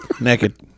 Naked